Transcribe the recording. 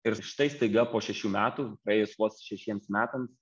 ir štai staiga po šešių metų praėjus vos šešiems metams